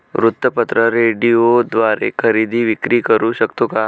वृत्तपत्र, रेडिओद्वारे खरेदी विक्री करु शकतो का?